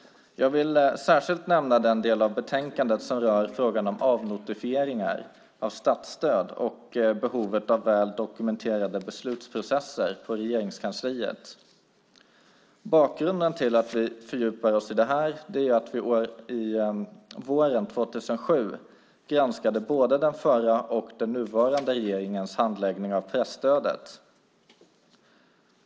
Jag vill särskilt nämna den del av betänkandet som rör avnotifieringar av statsstöd och behovet av väl dokumenterade beslutsprocesser på Regeringskansliet. Bakgrunden till att vi fördjupar oss i det är att vi våren år 2007 granskade både den förra och den nuvarande regeringens handläggning av presstödet.